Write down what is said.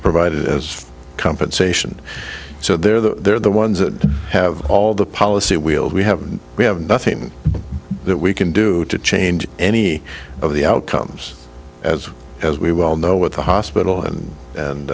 provided as compensation so they're they're the ones that have all the policy we'll we have we have nothing that we can do to change any of the outcomes as as we well know with the hospital and